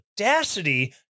audacity